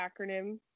acronym